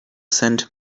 sent